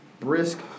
Brisk